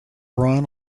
run